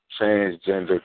transgender